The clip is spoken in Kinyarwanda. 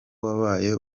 wabaye